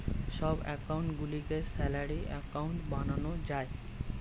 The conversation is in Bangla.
সব অ্যাকাউন্ট গুলিকে স্যালারি অ্যাকাউন্ট বানানো যায়